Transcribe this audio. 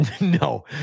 No